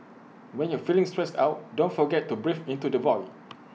when you are feeling stressed out don't forget to breathe into the void